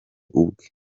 ubwe